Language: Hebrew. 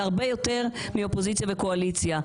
זה הרבה יותר מאופוזיציה וקואליציה.